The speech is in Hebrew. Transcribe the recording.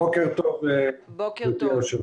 בוקר טוב, גברתי היושבת-ראש.